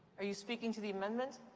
are you speaking to the amendment?